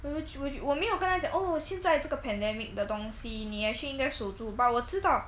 which 我我没有跟他讲 oh 现在这个 pandemic 的东西你 actually 应该要守住 but 我知道